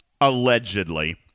allegedly